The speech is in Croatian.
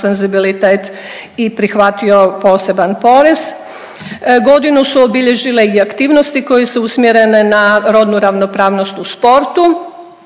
i prihvatio poseban porez. Godinu su obilježile i aktivnosti koje su usmjerene na rodnu ravnopravnost u sportu.